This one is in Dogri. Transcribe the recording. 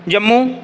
जम्मू